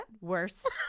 worst